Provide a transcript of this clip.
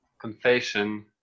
confession